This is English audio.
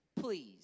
please